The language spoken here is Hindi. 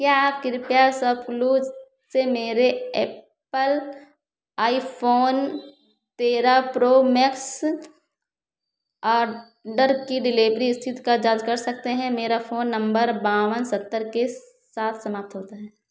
क्या आप कृपया शॉपक्लूज़ से मेरे एप्पल आईफोन तेरह प्रो मैक्स ऑर्डर की डिलीवरी स्थिति की जांच कर सकते हैं मेरा फ़ोन नम्बर बावन सत्तर के साथ समाप्त होता है